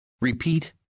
Repeat